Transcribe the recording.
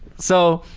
so,